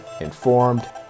informed